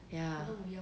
ya